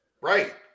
Right